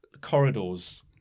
corridors